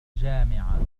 الجامعة